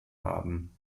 haben